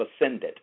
ascended